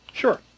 Sure